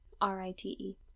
R-I-T-E